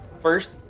first